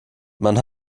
man